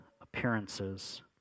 appearances